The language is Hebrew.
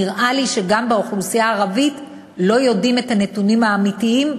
נראה לי שגם באוכלוסייה הערבית לא יודעים את הנתונים האמיתיים.